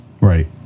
right